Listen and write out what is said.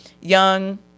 young